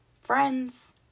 friends